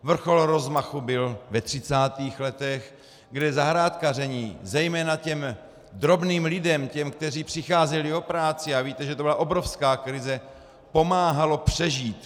Vrchol rozmachu byl ve 30. letech, kde zahrádkaření zejména těm drobným lidem, těm, kteří přicházeli o práci, a víte, že to byla obrovská krize, pomáhalo přežít.